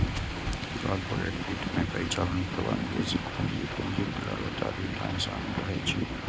corporate वित्त मे परिचालन प्रवाह, निवेशित पूंजी, पूंजीक लागत आ रिटर्न शामिल रहै छै